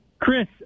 Chris